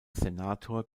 senator